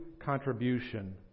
Contribution